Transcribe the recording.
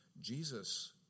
Jesus